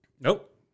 Nope